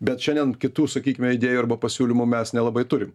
bet šiandien kitų sakykime idėjų arba pasiūlymų mes nelabai turim